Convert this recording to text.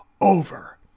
over